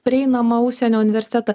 prieinamą užsienio universitetą